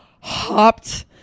hopped